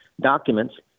documents